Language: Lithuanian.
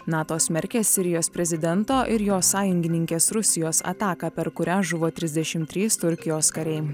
nato smerkia sirijos prezidento ir jo sąjungininkės rusijos ataką per kurią žuvo trisdešim trys turkijos kariai